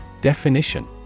Definition